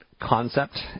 concept